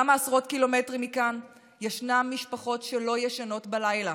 כמה עשרות קילומטרים מכאן ישנן משפחות שלא ישנות בלילה